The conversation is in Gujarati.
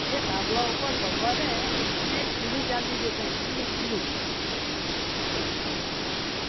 થાંભલા ઉપર ભગવાને એને એક કીડી ચાલતી દેખાઈ કીડી કીડી